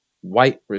white